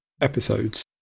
episodes